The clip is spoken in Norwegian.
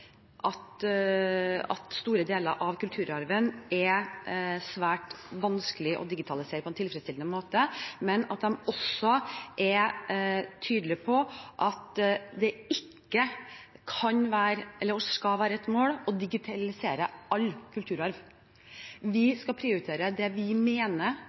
store deler av kulturarven er det svært vanskelig å digitalisere på en tilfredsstillende måte, og at de også er tydelige på at det ikke kan være, eller skal være, et mål å digitalisere all kulturarv. Vi skal prioritere det vi mener